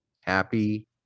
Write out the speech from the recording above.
Happy